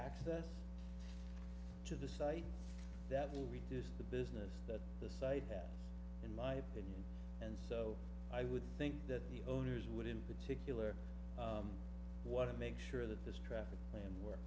access to the site that will reduce the business that the site that in my opinion and so i would think that the owners would in particular want to make sure that this traffic plan w